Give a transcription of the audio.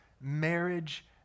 marriage